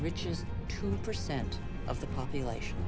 richest two percent of the population